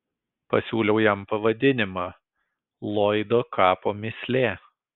pasiūliau jam pavadinimą lloydo kapo mįslė